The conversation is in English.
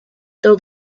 though